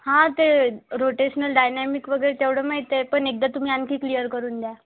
हा ते rotational dynamic वगैरे तेवढं माहीत आहे पण एकदा तुम्ही आणखी क्लिअर करून द्या